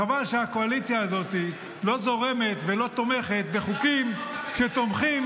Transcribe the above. חבל שהקואליציה הזאת לא זורמת ולא תומכת בחוקים שתומכים